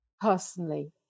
personally